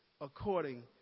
according